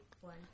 one